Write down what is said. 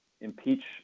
impeach